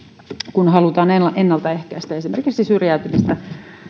kun halutaan ennaltaehkäistä esimerkiksi syrjäytymistä